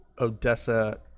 Odessa